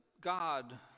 God